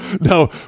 No